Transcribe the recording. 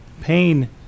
Pain